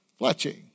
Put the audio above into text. Fletching